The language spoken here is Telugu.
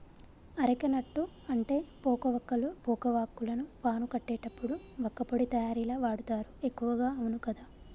అరెక నట్టు అంటే పోక వక్కలు, పోక వాక్కులను పాను కట్టేటప్పుడు వక్కపొడి తయారీల వాడుతారు ఎక్కువగా అవును కదా